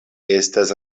estas